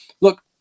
look